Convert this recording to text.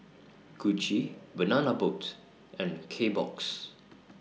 Gucci Banana Boat and Kbox